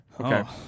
Okay